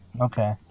Okay